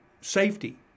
safety